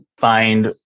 find